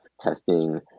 testing